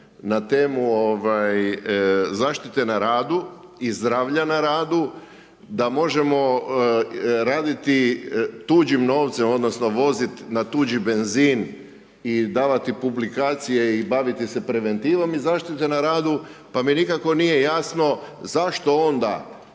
na temu zaštite na radu i zdravlja na radu da možemo raditi tuđim novcem odnosno voziti na tuđi benzin i davati publikacije i baviti se preventivom iz zaštite na radu, pa mi nikako nije jasno zašto onda